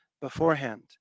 beforehand